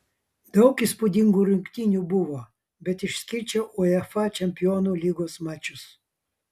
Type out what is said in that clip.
daug įspūdingų rungtynių buvo bet išskirčiau uefa čempionų lygos mačus